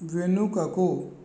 వెనుకకు